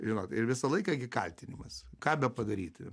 yra ir visą laiką kaltinimas ką bepadaryti